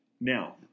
Now